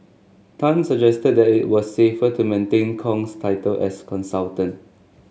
Tan suggested that it was safer to maintain Kong's title as consultant